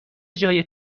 جای